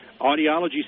audiology